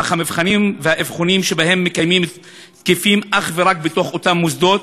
אך המבחנים והאבחונים שהם מקיימים תקפים אך ורק בתוך אותם מוסדות,